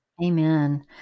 Amen